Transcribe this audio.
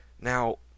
Now